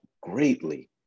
greatly